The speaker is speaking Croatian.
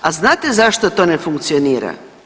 A znate zašto to ne funkcionira?